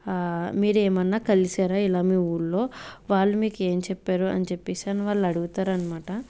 మీరు ఏమన్నా కలిశారా ఇలా మీ ఊర్లో వాళ్ళు మీకు ఏం చెప్పారు అని చెప్పేసి వాళ్ళు అడుగుతారు అన్నమాట